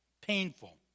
painful